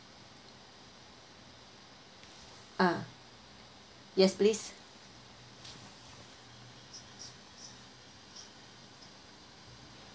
ah yes please